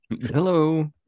Hello